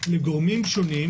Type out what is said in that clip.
לגורמים שונים